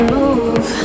move